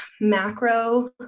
macro